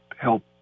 help